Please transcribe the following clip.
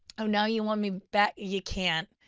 oh now you want me back, you can't.